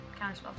Counterspell